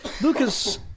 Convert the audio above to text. Lucas